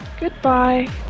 Goodbye